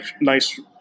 nice